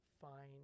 find